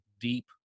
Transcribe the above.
deep